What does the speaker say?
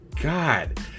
God